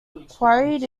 quarried